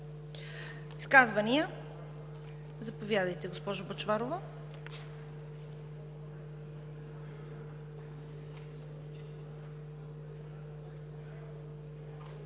Изказвания? Заповядайте, госпожо Бъчварова.